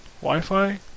Wi-Fi